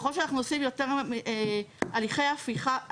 ככל שאנחנו עושים יותר הליכי אכיפה,